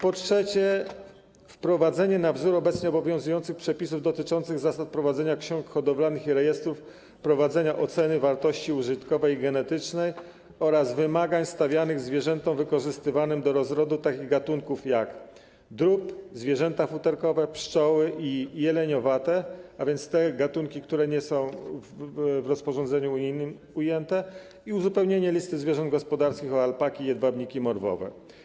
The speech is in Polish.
Po trzecie, wprowadzenie - na wzór obecnie obowiązujących - przepisów dotyczących zasad prowadzenia ksiąg hodowlanych i rejestrów, prowadzenia oceny wartości użytkowej i genetycznej oraz wymagań stawianych zwierzętom wykorzystywanym do rozrodu takich gatunków, jak: drób, zwierzęta futerkowe, pszczoły i jeleniowate, a więc te gatunki, które nie są ujęte w rozporządzeniu unijnym, i uzupełnienie listy zwierząt gospodarskich o alpaki i jedwabniki morwowe.